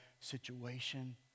situation